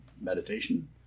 meditation